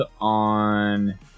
on